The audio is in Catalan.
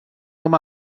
com